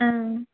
ஆ